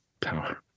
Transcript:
power